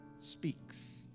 speaks